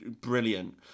Brilliant